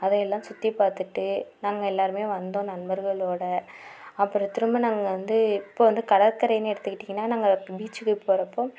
அதயெல்லாம் சுற்றி பார்த்துட்டு நாங்கள் எல்லாருமே வந்தோம் நண்பர்களோடு அப்புறம் திரும்ப நாங்கள் வந்து இப்போ வந்து கடற்கரைனு எடுத்துக்கிட்டிங்கனா நாங்கள் பீச்சுக்கு போகிறப்போ